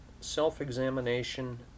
self-examination